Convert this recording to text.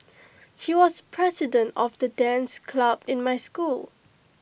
he was president of the dance club in my school